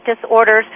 disorders